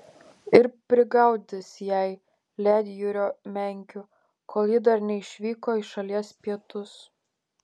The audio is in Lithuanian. ir prigaudys jai ledjūrio menkių kol ji dar neišvyko į šalies pietus